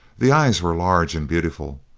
the eyes were large and beautiful,